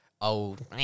old